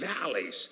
valleys